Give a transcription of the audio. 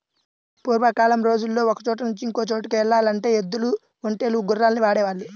పూర్వకాలం రోజుల్లో ఒకచోట నుంచి ఇంకో చోటుకి యెల్లాలంటే ఎద్దులు, ఒంటెలు, గుర్రాల్ని వాడేవాళ్ళు